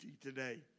Today